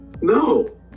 No